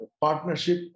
partnership